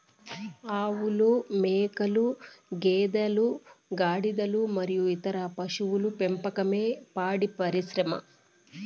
ఆవులు, మేకలు, గేదెలు, గాడిదలు మరియు ఇతర పశువుల పెంపకమే పాడి పరిశ్రమ